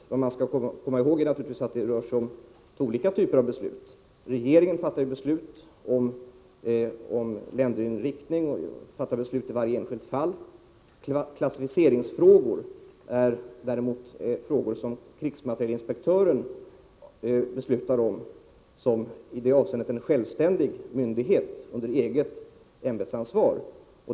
Vad man skall komma ihåg är att det rör sig om två olika typer av beslut: regeringen fattar i varje enskilt fall beslut om länderinriktning. Klassificeringsfrågor är däremot frågor som krigsmaterielinspektören som en i det avseendet självständig myndighet beslutar om under eget ämbetsansvar.